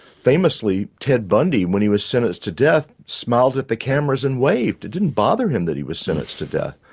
famously ted bundy, when he was sentenced to death, smiled at the cameras and waved. it didn't bother him that he was sentenced to death.